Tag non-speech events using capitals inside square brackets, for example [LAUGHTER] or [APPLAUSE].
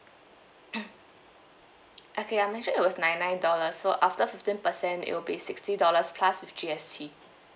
[NOISE] okay I mentioned it was nine nine dollar so after fifteen percent it will be sixty dollars plus with G_S_T